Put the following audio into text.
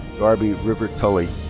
darby river tully.